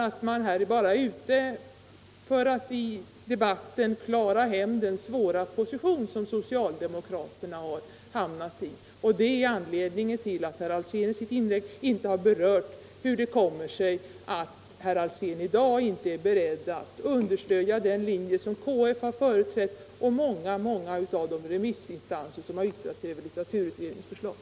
Det gäller för socialdemokraterna att i debatten klara sig ur den svåra situation som de har hamnat i, och jag förmodar att det är anledningen till att herr Alsén i sitt inlägg inte har berört hur det kommer sig att han i dag inte är beredd att understödja den linje som KF har företrätt liksom så många andra av de remissinstanser som har yttrat sig över litteraturutredningens förslag.